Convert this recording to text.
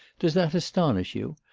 does that astonish you?